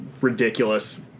ridiculous